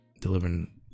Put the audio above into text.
delivering